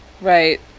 right